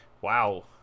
Wow